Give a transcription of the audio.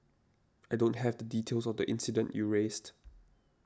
I don't have the details of the incident you raised